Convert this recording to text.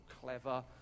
clever